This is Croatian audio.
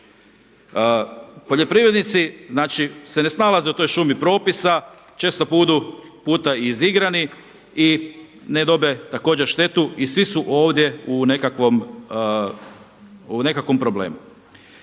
Poljoprivrednici se ne snalaze u toj šumi propisa, često puta budu i izigrani i ne dobe također štetu i svi su ovdje u nekakvom problemu.